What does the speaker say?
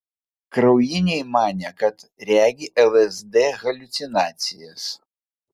kraujiniai manė kad regi lsd haliucinacijas